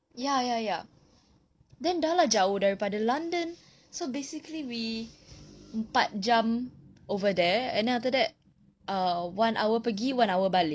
ya ya ya then sudah lah jauh daripada london so basically we empat jam over there and then after that one hour pergi one hour balik